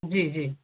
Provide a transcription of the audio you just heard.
जी जी